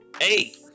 Hey